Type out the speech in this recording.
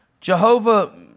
Jehovah